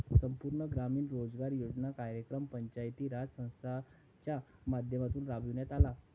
संपूर्ण ग्रामीण रोजगार योजना कार्यक्रम पंचायती राज संस्थांच्या माध्यमातून राबविण्यात आला